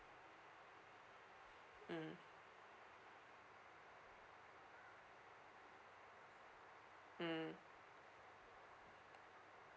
mm mm